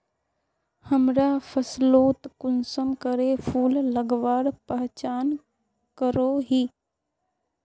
हमरा फसलोत कुंसम करे फूल लगवार पहचान करो ही?